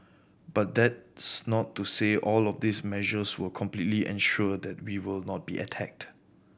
but that's not to say all of these measures will completely ensure that we will not be attacked